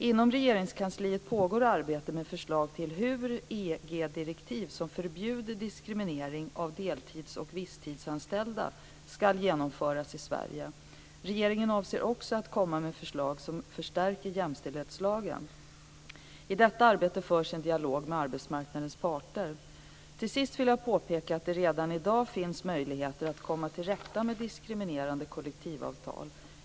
Inom Regeringskansliet pågår arbete med förslag till hur EG-direktiv som förbjuder diskriminering av deltidsoch visstidsanställda ska genomföras i Sverige. Regeringen avser också att komma med förslag som förstärker jämställdhetslagen. I detta arbete förs en dialog med arbetsmarknadens parter. Till sist vill jag påpeka att det redan i dag finns möjligheter att komma till rätta med diskriminerande kollektivavtal.